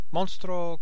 Monstro